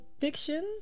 fiction